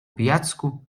pijacku